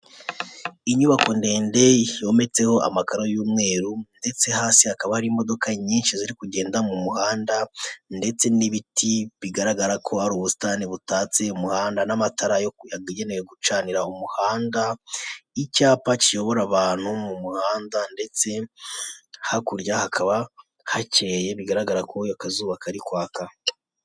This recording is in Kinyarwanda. Inyubako ndende yometseho amakara y'umweru, ndetse hasi hakaba hari imodoka nyinshi ziri kugenda m'umuhanda, ndetse n'ibiti bigaragara ko hari ubusitani butatse umuhanda n'amatara yagenewe gucanira umuhanda, icyapa kiyobora abantu m'umuhanda ndetse hakurya hakaba hakeye bigaragara ko akazuba kari kwaka.